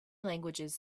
languages